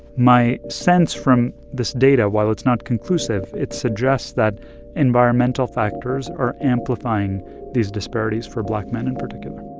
my sense from this data, while it's not conclusive, it suggests that environmental factors are amplifying these disparities for black men in particular